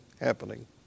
happening